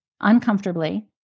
uncomfortably